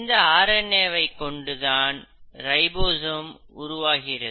இந்த R N A வை கொண்டுதான் ரைபோசோம் உருவாகிறது